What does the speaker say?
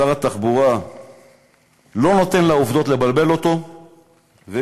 שר התחבורה לא נותן לעובדות לבלבל אותו ומתקדם.